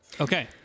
Okay